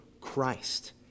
Christ